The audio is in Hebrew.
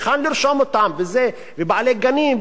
היכן לרשום אותם ומי בעלי הגנים.